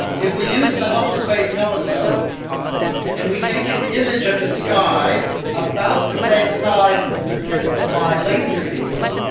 if we use the hubble space telescope and we take an image of the sky about the same size as the tip of my laser beam,